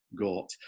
got